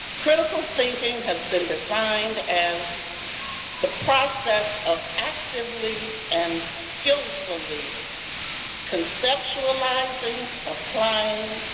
critical thinking has been defined as the process of actively and skillfully conceptualizing, applying,